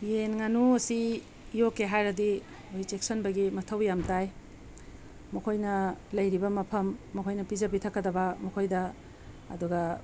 ꯌꯦꯟ ꯉꯥꯅꯨ ꯑꯁꯤ ꯌꯣꯛꯀꯦ ꯍꯥꯏꯔꯗꯤ ꯑꯈꯣꯏ ꯆꯦꯛꯁꯟꯕꯒꯤ ꯃꯊꯧ ꯌꯥꯝ ꯇꯥꯏ ꯃꯈꯣꯏꯅ ꯂꯩꯔꯤꯕ ꯃꯐꯝ ꯃꯈꯣꯏꯅ ꯄꯤꯖ ꯄꯤꯊꯛꯀꯗꯕ ꯃꯈꯣꯏꯗ ꯑꯗꯨꯒ